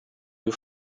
you